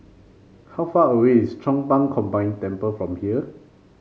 how far away is Chong Pang Combine Temple from here